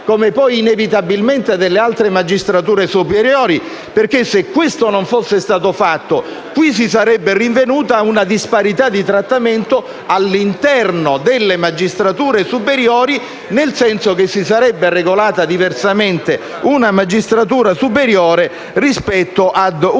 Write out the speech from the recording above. e poi inevitabilmente delle altre magistrature superiori. Se questo non fosse stato fatto, si sarebbe rinvenuta una disparità di trattamento all'interno delle magistrature superiori, nel senso che si sarebbe regolata diversamente una magistratura superiore rispetto ad un'altra;